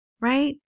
right